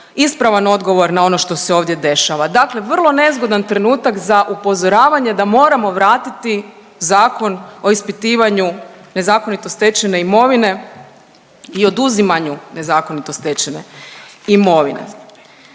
ispravan odgovor na ono što se ovdje dešava. Dakle, vrlo nezgodan trenutak za upozoravanje da moramo vratiti Zakon o ispitivanju nezakonito stečene imovine i oduzimanju nezakonito stečene imovine.